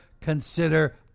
consider